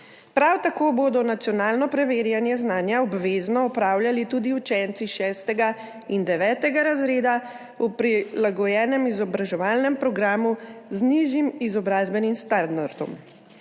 Prav tako bodo nacionalno preverjanje znanja obvezno opravljali tudi učenci 6. in 9. razreda v prilagojenem izobraževalnem programu z nižjim izobrazbenim standardom.